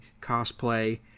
cosplay